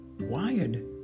wired